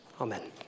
Amen